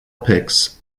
picks